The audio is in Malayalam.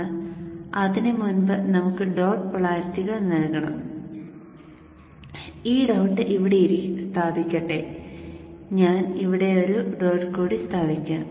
എന്നാൽ അതിനുമുമ്പ് നമുക്ക് ഡോട്ട് പോളാരിറ്റികൾ നൽകണം ഈ ഡോട്ട് ഇവിടെ സ്ഥാപിക്കട്ടെ ഞാൻ ഇവിടെ ഒരു ഡോട്ട് കൂടി സ്ഥാപിക്കാം